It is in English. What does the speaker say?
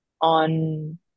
on